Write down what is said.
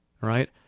right